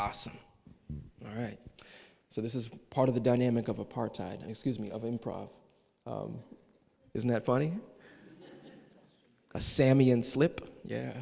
awesome all right so this is part of the dynamic of apartheid excuse me of improv isn't that funny sammy and slip yeah